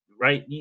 right